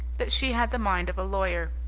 that she had the mind of a lawyer.